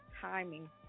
timing